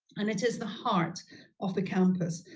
and it is the heart of the campus,